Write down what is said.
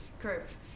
curve